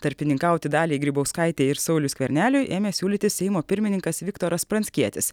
tarpininkauti daliai grybauskaitei ir sauliui skverneliui ėmė siūlyti seimo pirmininkas viktoras pranckietis